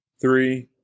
three